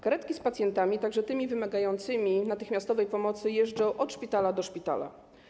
Karetki z pacjentami, także tymi wymagającymi natychmiastowej pomocy, jeżdżą od szpitala do szpitala.